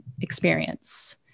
experience